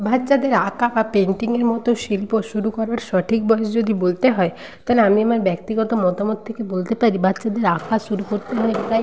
বাচ্চাদের আঁকা বা পেইন্টিংয়ের মতো শিল্প শুরু করাবার সঠিক বয়েস যদি বলতে হয় তালে আমি আমার ব্যক্তিগত মতামত থেকে বলতে পারি বাচ্চাদের আঁকা শুরু করতে হয় প্রায়